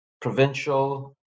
provincial